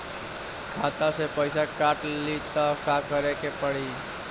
खाता से पैसा काट ली त का करे के पड़ी?